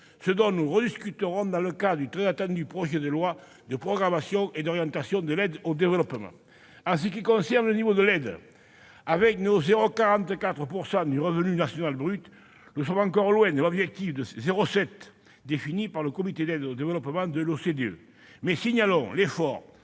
ce dont nous rediscuterons dans le cadre du très attendu projet de loi d'orientation et de programmation de l'aide au développement. S'agissant du niveau de l'aide, avec nos 0,44 % du revenu national brut, nous sommes encore loin de l'objectif de 0,7 % défini par le Comité d'aide au développement de